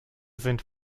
sind